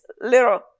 little